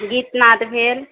गीत नाद भेल